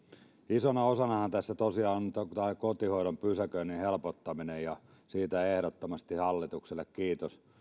isona osanahan tässä tosiaan on tämä kotihoidon pysäköinnin helpottaminen ja siitä ehdottomasti hallitukselle kiitos